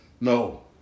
No